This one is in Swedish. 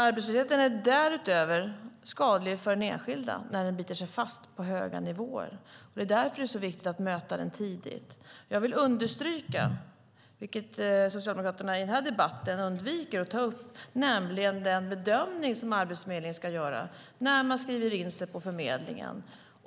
Arbetslösheten är därutöver skadlig för den enskilda när den biter sig fast på höga nivåer, och därför är det viktigt att bemöta den tidigt. Jag vill understryka, vilket Socialdemokraterna i den här debatten undviker att ta upp, vikten av den bedömning som Arbetsförmedlingen ska göra när man skriver in sig på förmedlingen.